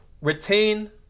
retain